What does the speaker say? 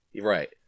right